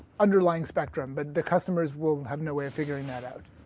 underlying spectrum. but the customers will have no way of figuring that out.